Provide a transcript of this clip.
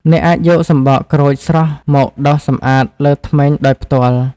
អ្នកអាចយកសំបកក្រូចស្រស់មកដុសសម្អាតលើធ្មេញដោយផ្ទាល់។